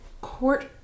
court